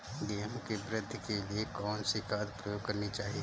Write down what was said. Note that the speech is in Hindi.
गेहूँ की वृद्धि के लिए कौनसी खाद प्रयोग करनी चाहिए?